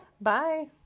Bye